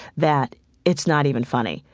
that it's not even funny.